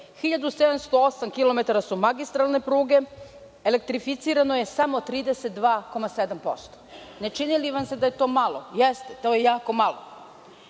su magistralne pruge, elektrificirano je samo 32,7%. Ne čini li vam se da je to malo? Jeste, to je jako malo.